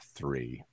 three